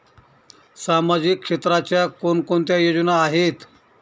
सामाजिक क्षेत्राच्या कोणकोणत्या योजना आहेत?